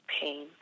pain